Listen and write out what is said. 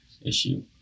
issue